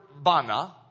Bana